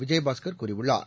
விஜயபாஸ்கர் கூறியுள்ளார்